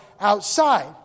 outside